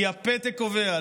כי הפתק קובע,